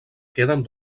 queden